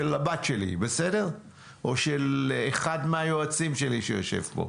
של הבת שלי או של אחד מהיועצים שלי שיושב פה.